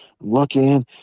looking